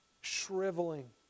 shriveling